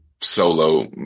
solo